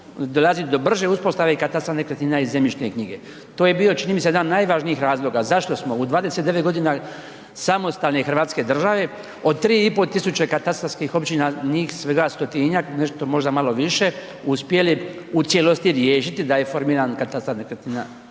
dolazi do brže uspostave katastra, nekretnina i zemljišne knjige, to je bio čini mi se, jedan od najvažniji razloga zašto smo u 29 g. samostalne hrvatske države od 3500 katastarskih općina njih svega stotinjak, nešto možda malo više, uspjeli u cijelosti riješiti da je formiran katastar nekretnina